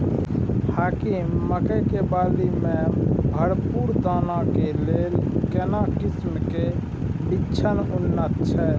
हाकीम मकई के बाली में भरपूर दाना के लेल केना किस्म के बिछन उन्नत छैय?